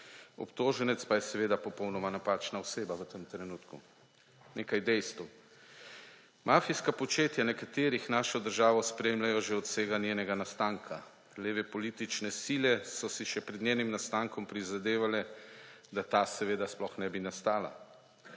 Obtoženec pa je seveda popolnoma napačna oseba v tem trenutku. Nekaj dejstev. Mafijska početja nekaterih našo državo spremljajo že od vsega njenega nastanka. Leve politične sile so si še pred njenim nastankom prizadevale, da ta seveda sploh ne bi nastala.